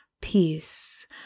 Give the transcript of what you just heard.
peace